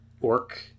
Orc